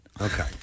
Okay